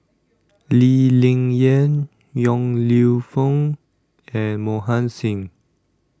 Lee Ling Yen Yong Lew Foong and Mohan Singh